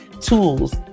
tools